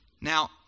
Now